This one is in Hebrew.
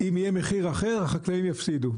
אם יהיה מחיר אחר, החקלאים יפסידו.